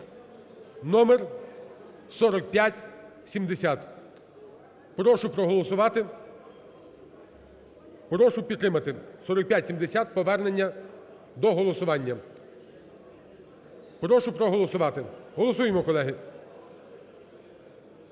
(№4 570). Прошу проголосувати, прошу підтримати. 4570, повернення до голосування. Прошу проголосувати. Голосуємо, колеги.